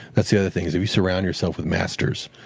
that's the other thing, if you surround yourself with masters,